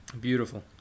beautiful